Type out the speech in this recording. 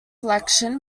election